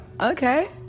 Okay